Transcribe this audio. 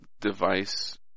device